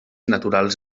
naturals